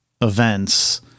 events